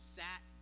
sat